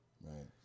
Right